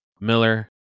Miller